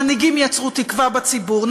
מנהיגים יצרו תקווה בציבור,